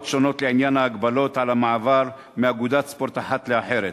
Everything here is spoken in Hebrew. שונות לעניין ההגבלות על המעבר מאגודת ספורט אחת לאחרת.